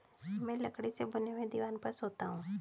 मैं लकड़ी से बने हुए दीवान पर सोता हूं